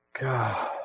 God